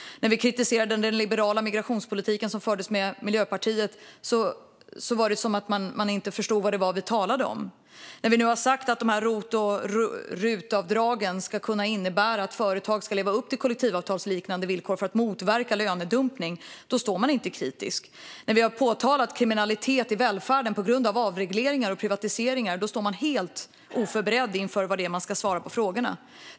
När vi kritiserade den liberala migrationspolitik som fördes med Miljöpartiet var det som att man inte förstod vad vi talade om. När vi har sagt att rot och rutavdragen ska innebära att företag ska leva upp till kollektivavtalsliknande villkor för att motverka lönedumpning står man inte kritisk. När vi har pekat på kriminalitet i välfärden på grund av avregleringar och privatiseringar är man helt oförberedd att svara på frågor.